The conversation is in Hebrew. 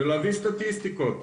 ולהביא סטטיסטיקות.